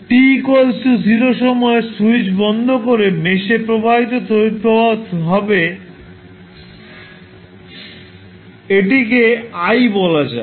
t 0 সময়ে switch বন্ধ করে মেশে প্রবাহিত তড়িৎ প্রবাহ হবে এটিকে i বলা যাক